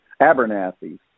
Abernathy